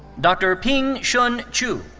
dr. ping-hsun chu.